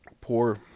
poor